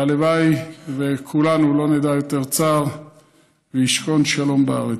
הלוואי שכולנו לא נדע יותר צער וישכון שלום בארץ.